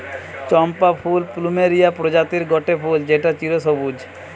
চম্পা ফুল প্লুমেরিয়া প্রজাতির গটে ফুল যেটা চিরসবুজ